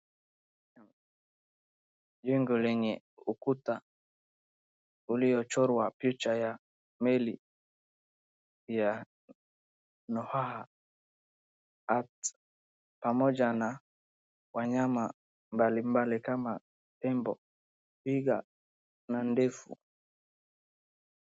Jengo lenye ukuta uliochorwa picha ya meli, ya Nohaha arts pamoja na wanyama mbalimbali kama tembo, twiga na ndovu.